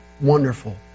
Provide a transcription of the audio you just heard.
wonderful